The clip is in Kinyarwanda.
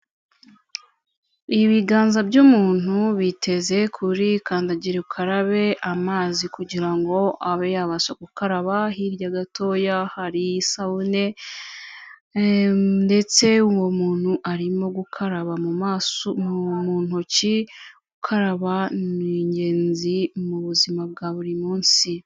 Ibiganza by'umuntu biteze kuri kandagira ukarabe amazi kugira ngo abe yabasha gukaraba, hirya gatoya hari isabune, ndetse uwo muntu arimo gukaraba mu maso, mu ntoki. Gukaraba ni ingenzi mu buzima bwa buri munsi.